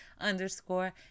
underscore